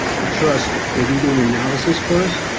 the trust they can do an analysis for us.